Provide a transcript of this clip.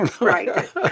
Right